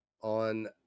on